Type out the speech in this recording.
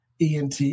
ENT